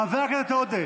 חבר הכנסת עודה.